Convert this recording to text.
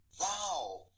Wow